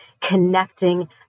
connecting